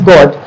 God